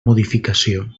modificació